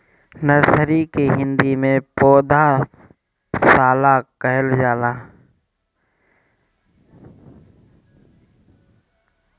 nursery के हिंदी में पौधशाला कहल जाला